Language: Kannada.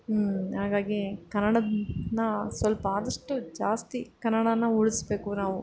ಹಾಗಾಗಿ ಕನ್ನಡ ನ್ನ ಸ್ವಲ್ಪ ಆದಷ್ಟು ಜಾಸ್ತಿ ಕನ್ನಡಾನ ಉಳಿಸ್ಬೇಕು ನಾವು